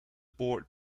board